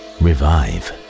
revive